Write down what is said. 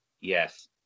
Yes